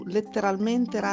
Letteralmente